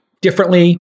differently